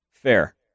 Fair